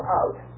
out